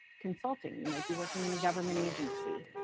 consulting, you might be working in a government agency.